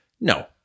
no